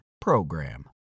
PROGRAM